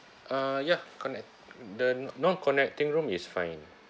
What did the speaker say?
uh ya connect the not connecting room is fine